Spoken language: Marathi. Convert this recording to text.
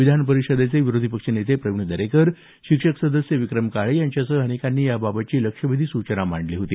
विधान परिषद विरोधी पक्षनेते प्रवीण दरेकर शिक्षक सदस्य विक्रम काळे यांच्यासह अनेकांनी याबाबतची लक्षवेधी सूचना मांडली होती